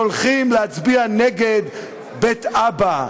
שהולכים להצביע נגד בית אבא,